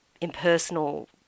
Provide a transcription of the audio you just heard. impersonal